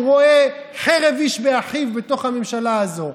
הוא רואה חרב איש באחיו בתוך הממשלה הזו.